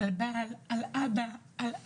על אבא, על אח.